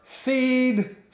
seed